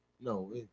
No